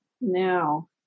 Now